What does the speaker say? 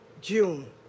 June